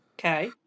Okay